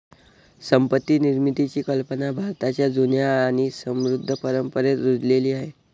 संपत्ती निर्मितीची कल्पना भारताच्या जुन्या आणि समृद्ध परंपरेत रुजलेली आहे